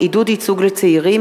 תקציבי ממשלה),